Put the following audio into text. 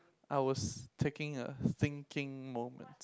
I will taking a thinking moment